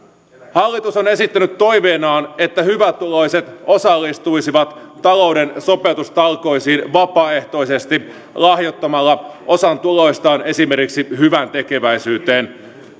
hallitus on esittänyt toiveenaan että hyvätuloiset osallistuisivat talouden sopeutustalkoisiin vapaaehtoisesti lahjoittamalla osan tuloistaan esimerkiksi hyväntekeväisyyteen